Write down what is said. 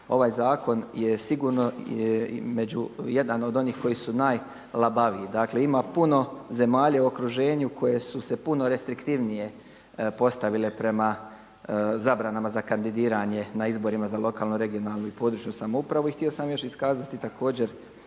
ovaj zakon je sigurno među, jedan od onih koji su najlabaviji. Dakle ima puno zemalja u okruženju koje su se puno restriktivnije postavile prema zabranama za kandidiranje na izborima za lokalnu, regionalnu i područnu samoupravu. I htio sam još iskazati također